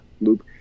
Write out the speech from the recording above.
loop